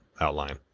outline